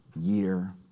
year